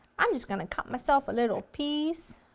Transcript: i'm just going to cut myself a little piece